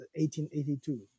1882